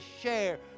share